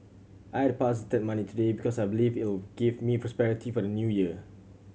I deposited money today because I believe it will give me prosperity for the New Year